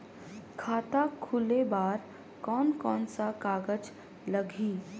खाता खुले बार कोन कोन सा कागज़ लगही?